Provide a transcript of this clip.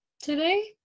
today